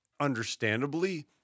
understandably